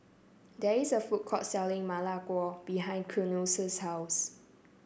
there is a food court selling Ma Lai Gao behind Keanu's house